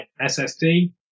SSD